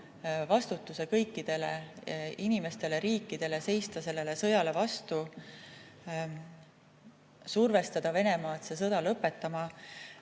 vastutuse kõikidele inimestele ja riikidele seista sellele sõjale vastu, survestada Venemaad sõda lõpetama.